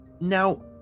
Now